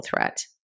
threat